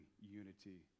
unity